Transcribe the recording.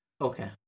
Okay